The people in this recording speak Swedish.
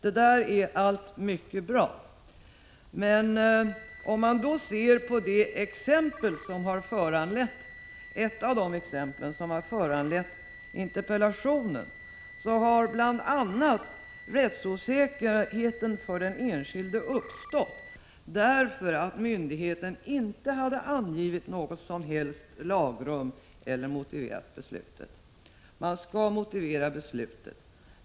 Allt detta är mycket bra, men om man ser på ett av de exempel som har föranlett interpellationen, finner man att bl.a. rättsosäkerheten för den enskilde uppstått därför att myndigheten inte hade angivit något som helst lagrum eller motiverat beslutet. Man skall motivera besluten.